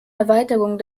erweiterung